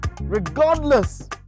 regardless